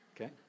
okay